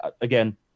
again